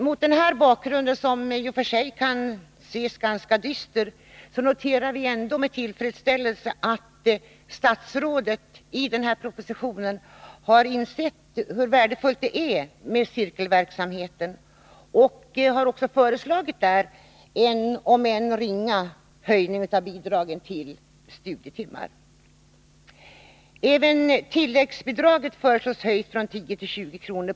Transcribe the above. Mot denna i och för sig dystra bakgrund noterar vi ändå med tillfredsställelse att statsrådet i propositionen har insett det värdefulla i cirkelverksamheten och föreslagit en, om än ringa, höjning av bidragen till studietimmar. Det föreslås även att tilläggsbidraget skall höjas från 10 till 20 kr.